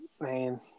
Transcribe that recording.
man